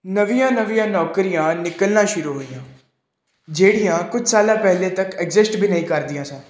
ਨਵੀਆਂ ਨਵੀਆਂ ਨੌਕਰੀਆਂ ਨਿਕਲਣਾ ਸ਼ੁਰੂ ਹੋਈਆਂ ਜਿਹੜੀਆਂ ਕੁਝ ਸਾਲਾਂ ਪਹਿਲੇ ਤੱਕ ਐਗਸਿਸਟ ਵੀ ਨਹੀਂ ਕਰਦੀਆਂ ਸਨ